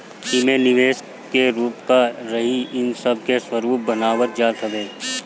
एमे निवेश के रूप का रही इ सब के स्वरूप बनावल जात हवे